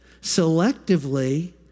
selectively